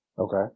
Okay